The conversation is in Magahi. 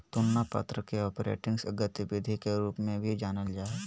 तुलना पत्र के ऑपरेटिंग गतिविधि के रूप में भी जानल जा हइ